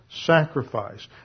sacrifice